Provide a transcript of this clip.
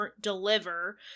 deliver